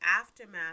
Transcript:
aftermath